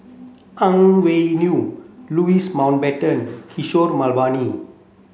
Ang Wei Neng Louis Mountbatten Kishore Mahbubani